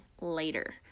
later